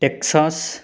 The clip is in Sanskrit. टेक्सास्